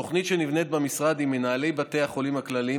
תוכנית שנבנית במשרד עם מנהלי בתי החולים הכלליים,